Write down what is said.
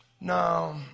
No